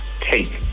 take